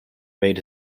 made